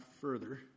further